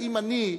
האם אני,